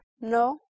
no